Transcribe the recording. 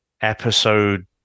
episode